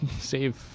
save